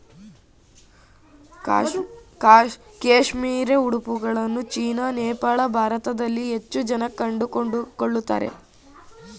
cashmere ಉಡುಪುಗಳನ್ನ China, Nepal, ಭಾರತದಲ್ಲಿ ಹೆಚ್ಚು ಜನ ಕೊಂಡುಕೊಳ್ಳುತ್ತಾರೆ